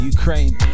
Ukraine